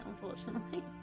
unfortunately